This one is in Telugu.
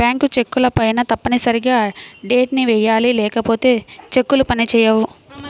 బ్యాంకు చెక్కులపైన తప్పనిసరిగా డేట్ ని వెయ్యాలి లేకపోతే చెక్కులు పని చేయవు